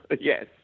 yes